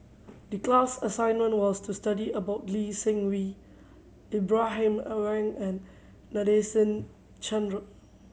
the class assignment was to study about Lee Seng Wee Ibrahim Awang and Nadasen Chandra